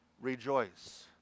rejoice